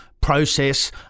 process